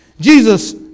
Jesus